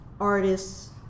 artists